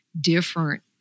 different